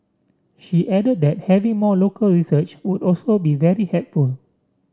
she added that having more local research would also be very helpful